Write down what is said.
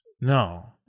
No